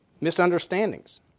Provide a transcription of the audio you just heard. misunderstandings